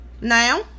Now